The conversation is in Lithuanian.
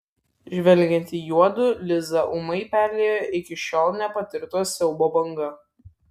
žvelgiant į juodu lizą ūmai perliejo iki šiol nepatirto siaubo banga